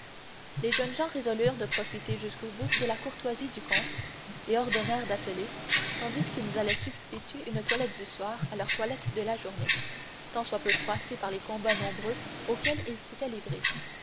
les jeunes gens résolurent de profiter jusqu'au bout de la courtoisie du comte et ordonnèrent d'atteler tandis qu'ils allaient substituer une toilette du soir à leur toilette de la journée tant soit peu froissée par les combats nombreux auxquels ils s'étaient livrés